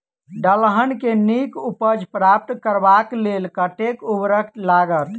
दलहन केँ नीक उपज प्राप्त करबाक लेल कतेक उर्वरक लागत?